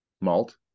malt